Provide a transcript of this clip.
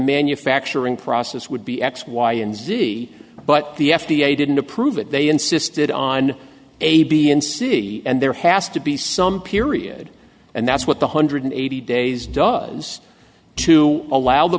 manufacturing process would be x y and z but the f d a didn't approve it they insisted on a b and c and there has to be some period and that's what the hundred eighty days does to allow the